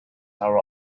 our